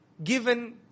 given